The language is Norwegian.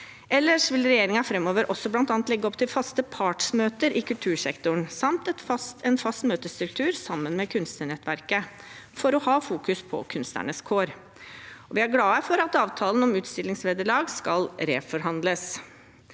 Ellers vil regjeringen framover også bl.a. legge opp til faste partsmøter i kultursektoren samt en fast møtestruktur sammen med Kunstnernettverket for å fokusere på kunstnernes kår. Vi er glad for at avtalen om utstillingsvederlag skal reforhandles.